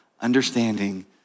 understanding